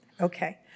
okay